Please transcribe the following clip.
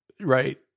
Right